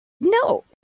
No